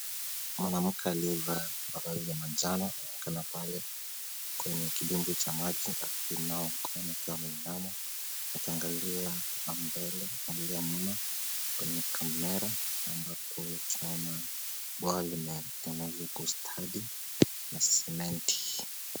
Mwanamke aliyevaa mavazi ya manjano anaonekana pale kwenye kidimbwi cha maji akinawa mikono akiwa ameinama, akiangalia mbele pande ya nyuma kwenye kamera ambapo tunaona bwawa limetengenezwa kwa ustadi na sementi.